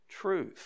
truth